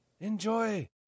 Enjoy